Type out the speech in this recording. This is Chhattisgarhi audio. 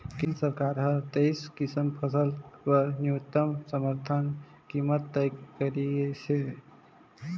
केंद्र सरकार हर तेइस किसम फसल बर न्यूनतम समरथन कीमत तय करिसे